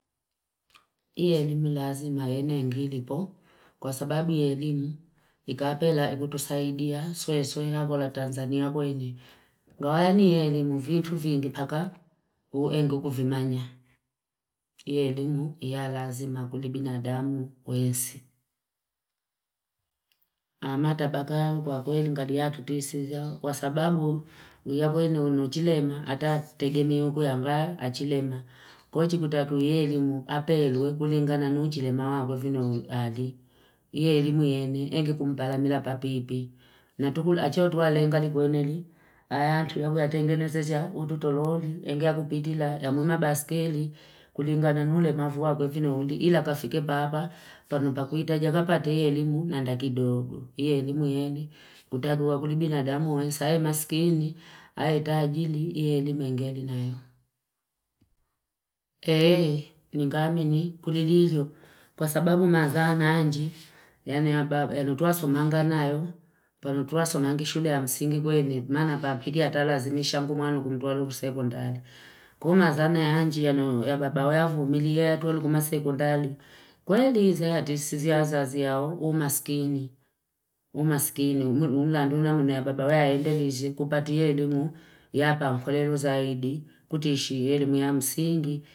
Hii elimi lazima ene ngilipo, kwa sababu hii elimi ikapela ikutusaidia swe swe yako la Tanzania kwenye. Ngawani hii elimi vitu vindi paka uengu kufimanya. Hii elimi ya lazima kulibina damu kuhensi. Amata paka kwa kwenye ngadi hatu tuisiza. Kwa sababu iyakwenu ndo chilema ata tegemea angaye achilema kwahiyo yechutakiwe elimu apewe kulingana na uchilimana wakwe vinono bali ieleimu engulipalamia papipii, netukula achetualinga likoleni aachi yatengeneze za ututololi engea kupitila yakuna baiskeli kulingana ni ulemavu wakwe chilombi ila kafike paapa pampakwitaja pakateelimu nanda kidoogo iyelimu yeni, utapewa kuli bina damu usayo maskini ae taajili ye elimu engeli nayo! ingamini kuleleyo kwasababu naza nanji yani ababa twasumanaga nayo pano twasomangi shule ya msingi kweli mana pampiki atalazimisha mbumwanu kutalu sekondari kwaiyo na zani anjianu yababa ya vumilia ya tole sekondari kweli zati si ziya za azazi yao umasikini, umasikini ubaba lao kupatie elimu ya pamkweluzaidi kuteshi elimu ya msingi.